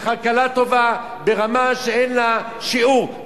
לכלכלה טובה ברמה שאין לה שיעור,